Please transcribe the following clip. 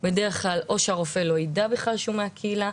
בדרך כלל או שהרופא לא יידע בכלל שהוא מהקהילה,